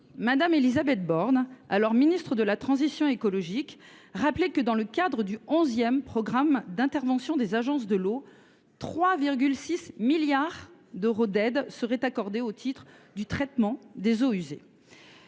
Mme Élisabeth Borne, alors ministre de la transition écologique, rappelait que, dans le cadre du onzième programme d’intervention des agences de l’eau, quelque 3,6 milliards d’euros d’aides devaient être accordés au titre du traitement des eaux usées.